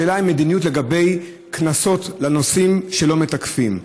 השאלה היא מדיניות לגבי קנסות לנוסעים שלא מתקפים.